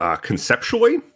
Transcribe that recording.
Conceptually